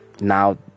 now